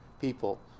people